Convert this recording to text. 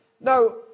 Now